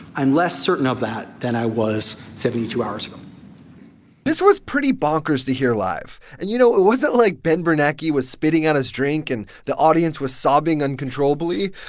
i'm less certain of that than i was seventy two hours ago this was pretty bonkers to hear live. and, you know, it wasn't like ben bernanke was spitting on his drink and the audience was sobbing uncontrollably.